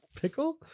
Pickle